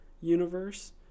universe